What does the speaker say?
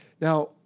Now